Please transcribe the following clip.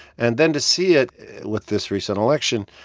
and then to see it with this recent election,